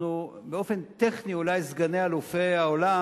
אנחנו באופן טכני אולי סגני אלופי העולם,